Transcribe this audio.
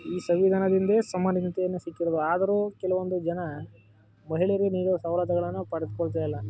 ಈ ಸಂವಿಧಾನದಿಂದೇ ಸಮಾನತೆಯು ಸಿಕ್ಕಿರೋದು ಆದರೂ ಕೆಲವೊಂದು ಜನ ಮಹಿಳೆಯರಿಗೆ ನೀಡುವ ಸವಲತ್ತುಗಳನ್ನು ಪಡೆದುಕೊಳ್ತ ಇಲ್ಲ